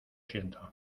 siento